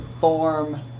Form